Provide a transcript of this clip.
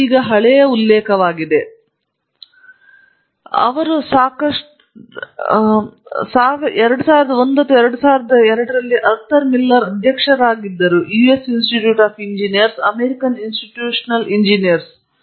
ಅದು ಇದೀಗ ಹಳೆಯ ಉಲ್ಲೇಖವಾಗಿದ್ದು 2001 ಅಥವಾ 2002 ರಲ್ಲಿ ಆರ್ಥರ್ ಮಿಲ್ಲರ್ ಅಧ್ಯಕ್ಷರಾಗಿದ್ದಾರೆ ಎಂದು ನಾನು ಭಾವಿಸುತ್ತೇನೆ US institute of engineers American institutional engineers